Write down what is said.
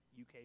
UK